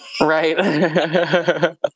right